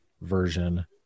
version